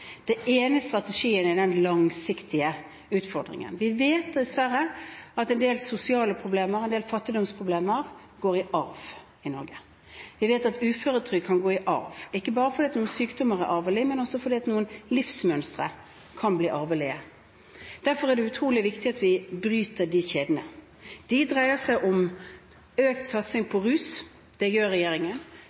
ene strategien er den langsiktige utfordringen. Vi vet at en del sosiale problemer og en del fattigdomsproblemer dessverre går i arv i Norge. Vi vet at uføretrygd kan gå i arv – ikke bare fordi noen sykdommer er arvelige, men også fordi noen livsmønstre kan bli arvelige. Derfor er det utrolig viktig at vi bryter de kjedene. Det kan vi gjøre ved økt satsing på rusfeltet – det gjør regjeringen.